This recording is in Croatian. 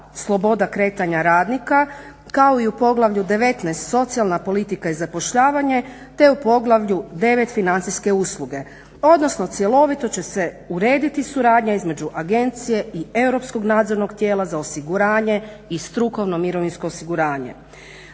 Sloboda kretanja radnika kao i u Poglavlju 19. – Socijalna politika i zapošljavanje te u Poglavlju 9. – Financijske usluge, odnosno cjelovito će se urediti suradnja između agencije i europskog nadzornog tijela za osiguranje i strukovno mirovinsko osiguranje.